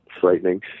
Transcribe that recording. frightening